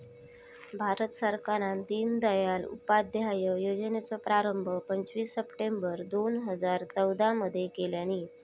भारत सरकारान दिनदयाल उपाध्याय योजनेचो प्रारंभ पंचवीस सप्टेंबर दोन हजार चौदा मध्ये केल्यानी